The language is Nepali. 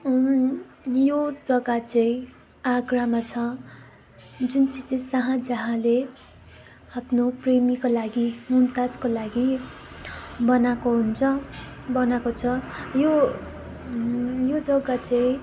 यो जग्गा चाहिँ आग्रामा छ जुन चाहिँ चाहिँ शाहजहाँले आफ्नो प्रेमीको लागि मुमताजको लागि बनाएको हुन्छ बनाएको छ यो यो जग्गा चाहिँ